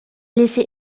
laissé